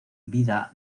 vida